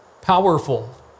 powerful